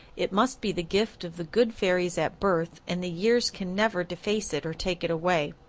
it must be the gift of the good fairies at birth and the years can never deface it or take it away.